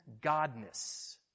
godness